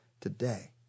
today